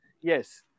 Yes